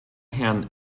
herrn